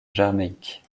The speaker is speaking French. jamaïque